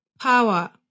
power